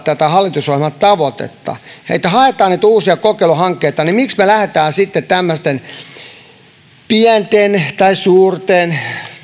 tätä hallitusohjelman tavoitetta että haetaan niitä uusia kokeiluhankkeita niin miksi me lähdemme sitten tämmöisten pienten tai suurten